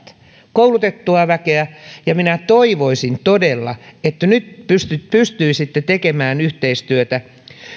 koulutettua väkeä ja minä toivoisin todella että nyt pystyisitte tekemään yhteistyötä